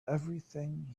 everything